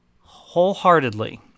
wholeheartedly